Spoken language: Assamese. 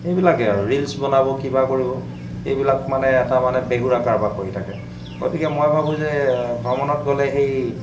এইবিলাকে আৰু ৰিলছ বনাব কিবা কৰিব এইবিলাক মানে এটা মানে বেহুৰা কাৰবাৰ কৰি থাকে গতিকে মই ভাবোঁ যে ভ্ৰমণত গ'লে সেই